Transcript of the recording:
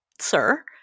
sir